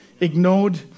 ignored